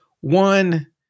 one